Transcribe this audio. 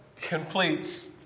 completes